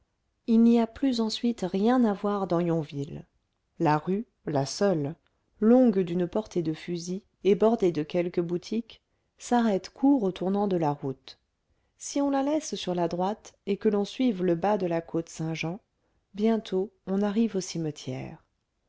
il n'y a plus ensuite rien à voir dans yonville la rue la seule longue d'une portée de fusil et bordée de quelques boutiques s'arrête court au tournant de la route si on la laisse sur la droite et que l'on suive le bas de la côte saint-jean bientôt on arrive au cimetière